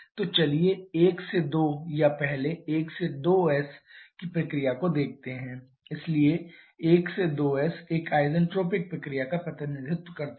तो चलिए 1 से 2 या पहले 1 से 2s की प्रक्रिया को देखते हैं इसलिए 1 से 2s एक आइन्ट्रोपिक प्रक्रिया का प्रतिनिधित्व करते हैं